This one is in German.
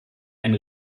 ein